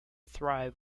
thrive